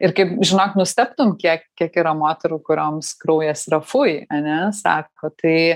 ir kaip žinok nustebtum kiek kiek yra moterų kurioms kraujas yra fui ane sako tai